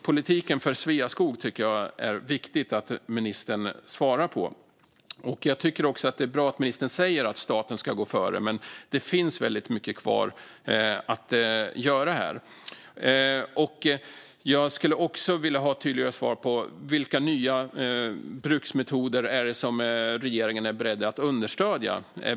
Politiken för Sveaskog tycker jag att det är viktigt att ministern svarar på. Det är bra att ministern säger att staten ska gå före, men det finns väldigt mycket kvar att göra här. Jag skulle också vilja ha ett tydligare svar på vilka nya bruksmetoder som regeringen är beredd att understödja.